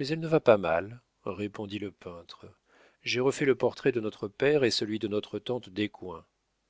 mais elle ne va pas mal répondit le peintre j'ai refait le portrait de notre père et celui de notre tante descoings